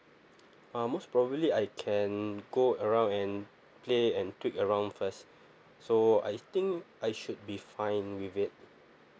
uh most probably I can go around and play and twit around first so I think I should be fine with it